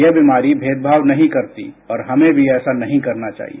यह बीमारी भेदमाव नहीं करती और हमें भी ऐसा नहीं करना चाहिए